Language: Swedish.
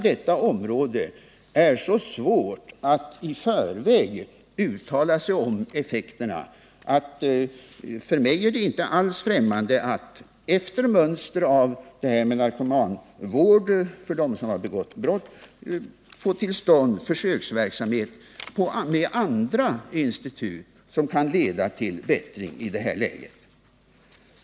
Det är så svårt att i förväg uttala sig om effekterna på hela detta område att jag inte alls är främmande för att man efter mönster av narkomanvården söker få till stånd en försöksverksamhet avseende andra institut som kan leda till bättring när det gäller dem som begått brott.